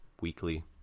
weekly